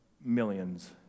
millions